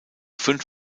fünf